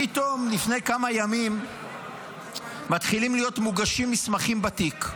פתאום לפני כמה ימים מתחילים להיות מוגשים מסמכים בתיק,